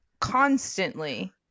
constantly